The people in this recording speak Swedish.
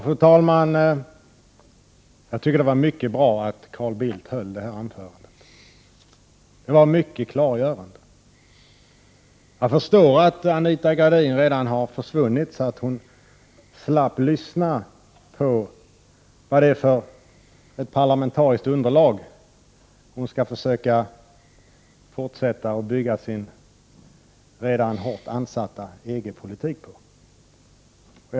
Fru talman! Jag tycker att det var mycket bra att Carl Bildt höll det här anförandet. Det var mycket klargörande. Jag förstår att Anita Gradin redan har försvunnit, så att hon slapp höra vilket parlamentariskt underlag hon skall försöka fortsätta att bygga sin redan hårt ansatta EG-politik på.